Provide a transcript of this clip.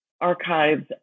archives